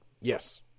Yes